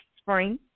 spring